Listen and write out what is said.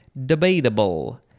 Debatable